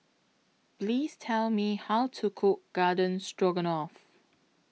Please Tell Me How to Cook Garden Stroganoff